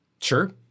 Sure